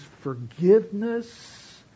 forgiveness